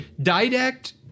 Didact